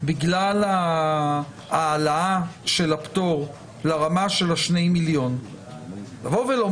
בגלל ההעלאה של הפטור לרמה של השני מיליון לומר